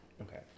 Okay